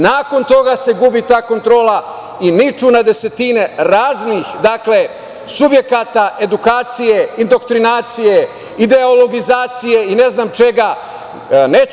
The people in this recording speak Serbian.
Nakon toga se gubi ta kontrola i niču na desetine raznih subjekata edukacije, indoktrinacije, ideologizacije i ne znam čega još.